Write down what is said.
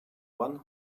one